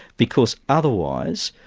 because otherwise,